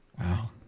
wow